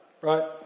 Right